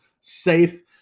safe